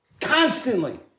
constantly